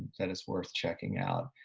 that is worth checking out.